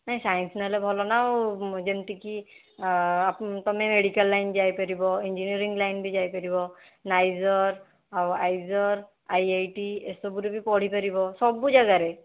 ନାଇଁ ସାଇନ୍ସ ନେଲେ ଭଲ ନା ଆଉ ଯେମିତିକି ତୁମେ ମେଡ଼ିକାଲ୍ ଲାଇନ୍ ଯାଇପାରିବ ଇଞ୍ଜିନିଅରିଂ ଲାଇନ୍ ବି ଯାଇପାରିବ ନାଇଜର୍ ଆଉ ଆଇଜର୍ ଆଇ ଆଇ ଟି ଏସବୁରେ ବି ପଢ଼ିପାରିବ ସବୁ ଜାଗାରେ